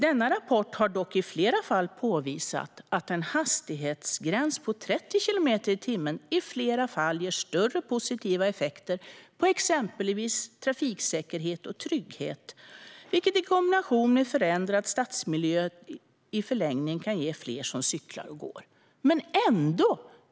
Denna rapport har påvisat att en hastighetsgräns på 30 kilometer i timmen i flera fall ger större positiva effekter på exempelvis trafiksäkerhet och trygghet, vilket i kombination med en förändrad stadsmiljö i förlängningen kan ge fler som cyklar och går.